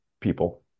people